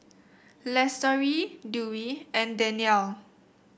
Lestari Dewi and Danial